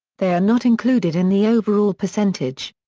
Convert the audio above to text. they are not included in the overall percentage.